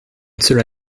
cela